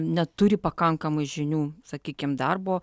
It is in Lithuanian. neturi pakankamai žinių sakykim darbo